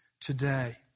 today